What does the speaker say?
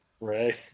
right